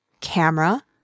camera